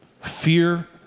fear